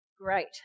Great